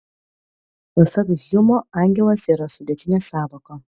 pasak hjumo angelas yra sudėtinė sąvoka